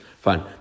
Fine